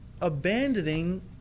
abandoning